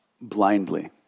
blindly